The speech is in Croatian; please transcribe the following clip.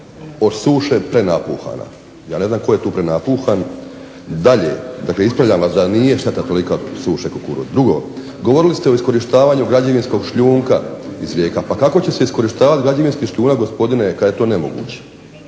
od suše prenapuhana. Ja ne znam tko je tu prenapuhan. Dalje, dakle ispravljam vas, nije šteta tolika od suše kukuruza. Drugo, govorili ste o iskorištavanju građevinskog šljunka iz rijeka. Pa kako će se iskorištavati građevinski šljunak gospodine kada je to nemoguće.